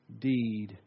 deed